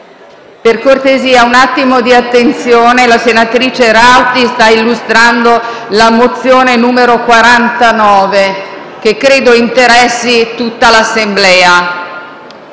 per cortesia un attimo di attenzione: la senatrice Rauti sta illustrando la mozione n. 49 che credo interessi a tutta l'Assemblea.